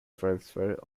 transfer